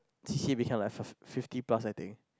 C C became like fif~ fifty plus I think